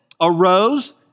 arose